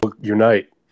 unite